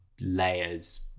layers